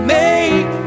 make